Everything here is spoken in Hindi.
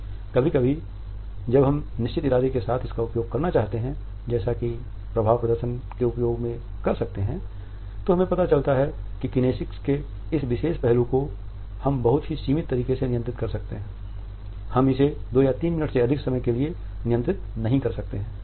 कभी कभी जब हम निश्चित इरादे के साथ इसका उपयोग करना चाहते हैं जैसा कि हम प्रभाव प्रदर्शन के उपयोग में कर सकते हैं तो हमें पता चलता है कि किनेसिक्स के इस विशेष पहलू को हम बहुत ही सीमित तरीके से नियंत्रित कर सकते हैं हम इसे दो या तीन मिनट से अधिक समय के लिए नियंत्रित नहीं कर सकते हैं